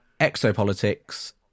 ExoPolitics